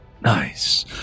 Nice